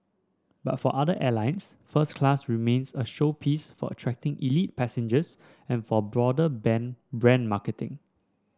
but for other airlines first class remains a showpiece for attracting elite passengers and for broader band brand marketing